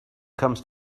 comes